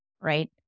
right